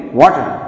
water